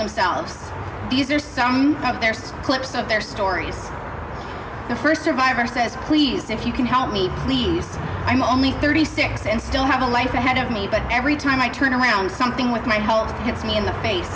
are some of theirs clips of their stories the first survivor says please if you can help me please i'm only thirty six and still have a life ahead of me but every time i turn around something with my home hits me in the face